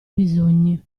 bisogni